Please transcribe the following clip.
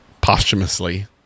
posthumously